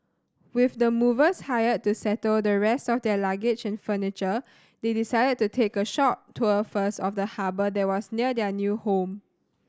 with the movers hired to settle the rest of their luggage and furniture they decided to take a short tour first of the harbour that was near their new home